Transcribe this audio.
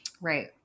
Right